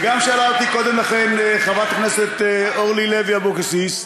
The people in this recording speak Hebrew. וגם שאלה אותי קודם לכן חברת הכנסת אורלי לוי אבקסיס.